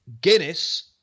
Guinness